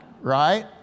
Right